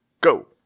go